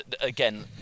again